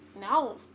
no